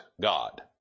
God